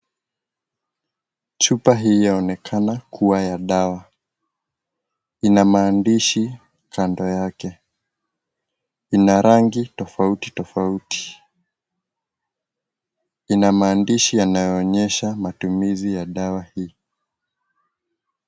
Chupa hii yaonekana kuwa ya dawa. Ina maandishi kando yake. Ina rangi tofauti tofauti. Ina maandishi yanayoonyesha matumizi ya dawa hii.